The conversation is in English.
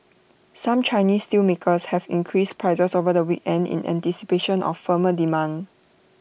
some Chinese steelmakers have increased prices over the weekend in anticipation of firmer demand